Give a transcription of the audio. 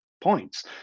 points